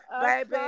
baby